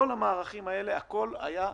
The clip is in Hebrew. כל המערכים היו בשליפה.